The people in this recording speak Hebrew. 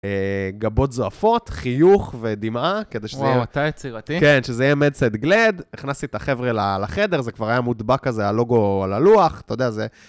גבות זועפות, חיוך ודמעה, כדי שזה יהיה... וואו, אתה יצירתי. כן, שזה יהיה מדסאד גלד. הכנסתי את החבר'ה לחדר, זה כבר היה מודבק כזה, הלוגו על הלוח, אתה יודע, זה...